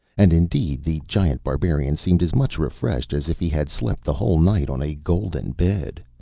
and indeed the giant barbarian seemed as much refreshed as if he had slept the whole night on a golden bed.